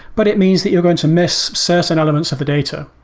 but it means that you're going to miss certain elements of a data.